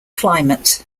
climate